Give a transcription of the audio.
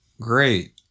great